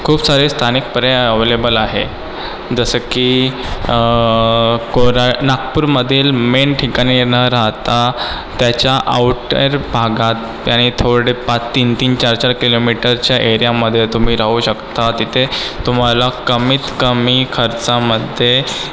खूप सारे स्थानिक पर्याय अवेलेबल आहे जसं की कोरा नागपूरमधील मेन ठिकाणी न राहता त्याच्या आउटर भागात त्याने थोडेफार तीन तीन चार चार किलोमीटरच्या एरियामधे तुम्ही राहू शकता तिथे तुम्हाला कमीत कमी खर्चामध्ये